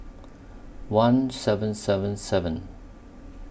one seven seven seven